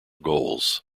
goals